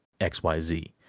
XYZ